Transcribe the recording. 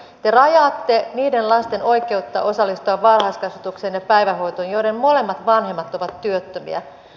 te rajaatte niiden lasten oikeutta osallistua varhaiskasvatukseen ja päivähoitoon joiden molemmat vanhemmat ovat työttömiä